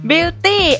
Beauty